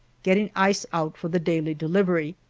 getting ice out for the daily delivery.